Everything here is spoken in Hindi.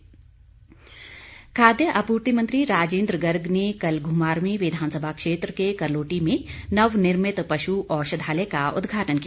राजिन्द्र गर्ग खाद्य आप्रर्ति मंत्री राजिन्द्र गर्ग ने कल घुमारवीं विधानसभा क्षेत्र के करलोटी में नवनिर्मित पशु औषधालय का उद्घाटन किया